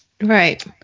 Right